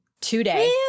today